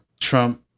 Trump